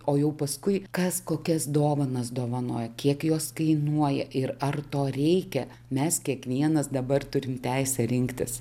o jau paskui kas kokias dovanas dovanoja kiek jos kainuoja ir ar to reikia mes kiekvienas dabar turim teisę rinktis